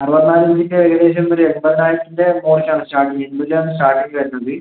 അറുപത്തിനാല് ഇഞ്ചിൻ്റെ ഏകദേശം ഒരു എൺപതിനായിരത്തിൻ്റെ മോളിലേക്ക് ആണ് സ്റ്റാർട്ടിംഗ് എന്നുവെച്ചാൽ സ്റ്റാർട്ടിംഗ് വരുന്നത്